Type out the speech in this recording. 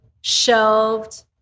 shelved